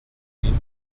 ihn